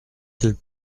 qu’elle